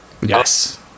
Yes